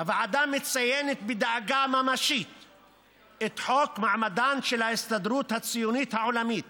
הוועדה מציינת בדאגה ממשית את חוק מעמדן של ההסתדרות הציונית העולמית